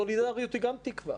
סולידריות היא גם תקווה,